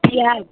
प्याज़